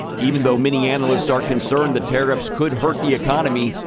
even though many analysts are concerned the tariffs could hurt the economy,